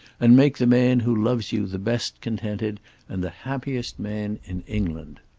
and make the man who loves you the best-contented and the happiest man in england.